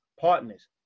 partners